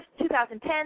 2010